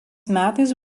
metais